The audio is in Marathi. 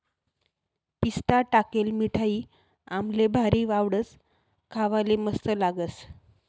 पिस्ता टाकेल मिठाई आम्हले भारी आवडस, खावाले मस्त लागस